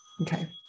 Okay